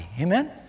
Amen